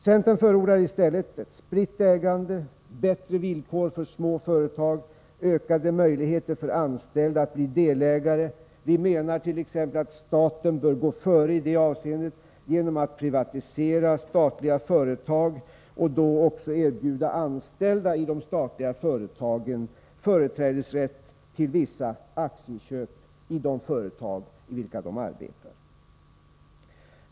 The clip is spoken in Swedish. Centern förordar i stället ett spritt ägande, bättre villkor för små företag och ökade möjligheter för anställda att bli delägare. Vi menar t.ex. att staten bör gå före i detta avseende genom att privatisera statliga företag och då också erbjuda anställda i de statliga företagen företrädesrätt till vissa aktieköp i de företag där de arbetar.